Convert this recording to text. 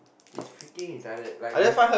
it's freaking retarded like when